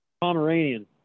pomeranian